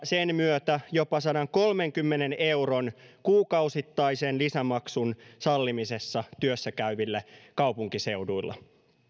sen myötä jopa sadankolmenkymmenen euron kuukausittaisen lisämaksun sallimisessa työssä käyville kaupunkiseuduilla